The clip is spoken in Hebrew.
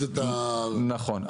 נכון.